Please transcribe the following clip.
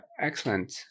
Excellent